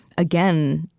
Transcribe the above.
again,